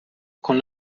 con